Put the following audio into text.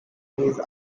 brigade